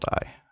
die